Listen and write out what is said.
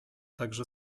także